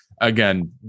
again